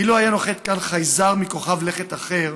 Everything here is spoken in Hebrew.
אילו היה נוחת כאן חייזר מכוכב לכת אחר